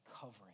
covering